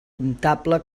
comptable